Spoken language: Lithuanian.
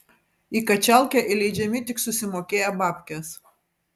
į kačialkę įleidžiami tik susimokėję babkes